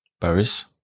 Paris